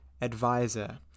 advisor